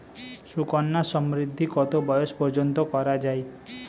সুকন্যা সমৃদ্ধী কত বয়স পর্যন্ত করা যায়?